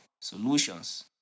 solutions